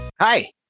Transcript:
Hi